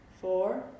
four